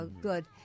good